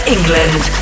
England